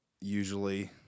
usually